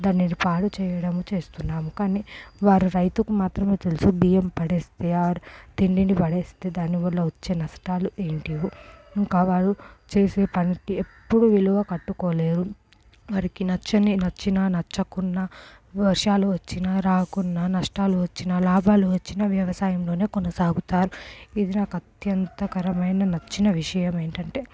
దాన్ని పాడు చేయడము చేస్తున్నాం కానీ వారు రైతుకు మాత్రమే తెలుసు బియ్యం పడేస్తే ఆర్ తిండిని పడేస్తే దాని వల్ల వచ్చే నష్టాలు ఏంటియో ఇంకా వారు చేసే పని ఎప్పుడు విలువ కట్టుకోలేరు వారికి నచ్చని నచిన నచ్చకున్నా వర్షాలు వచ్చినా రాకున్నా నష్టాలు వచ్చిన లాభాలు వచ్చిన వ్యవసాయంలోనే కొనసాగుతారు ఇది నాకు అత్యంత కరమైన నచ్చిన విషయమేంటంటే